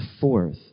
fourth